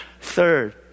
third